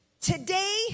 today